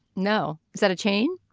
no. set a chain.